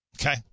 Okay